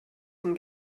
zum